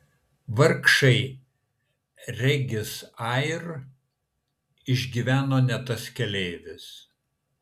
vargšai regis air išgyveno ne tas keleivis